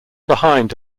behind